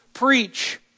preach